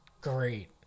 great